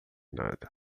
nada